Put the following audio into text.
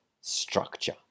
structure